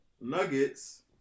Nuggets